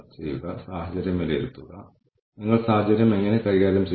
മികച്ച പ്രാക്ടീസ് സ്കോർകാർഡിനെ കുറിച്ച് സംസാരിക്കുമ്പോൾ നമ്മൾ മാനദണ്ഡങ്ങൾ നിശ്ചയിക്കേണ്ടതുണ്ട്